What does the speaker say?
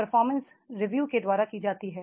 performance review के द्वारा की जाती है